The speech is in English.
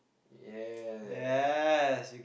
ya